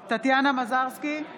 מזרסקי,